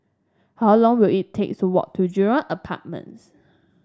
how long will it take to walk to Jurong Apartments